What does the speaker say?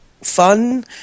Fun